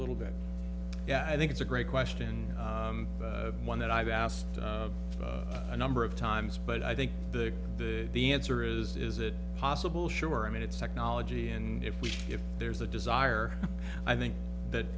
little bit yeah i think it's a great question one that i've asked a number of times but i think the the the answer is is it possible sure i mean it's technology and if we if there's a desire i think that